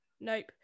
Nope